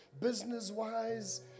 business-wise